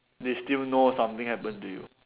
they still know something happen to you